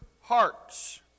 hearts